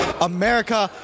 America